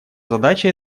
задача